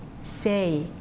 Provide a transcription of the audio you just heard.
say